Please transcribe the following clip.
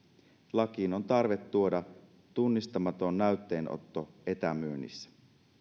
lakiin on tarve tuoda tunnistautumaton näytteenotto etämyynnissä